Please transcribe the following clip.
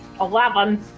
Eleven